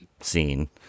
scene